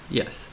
yes